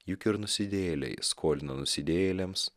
juk ir nusidėjėliai skolina nusidėjėliams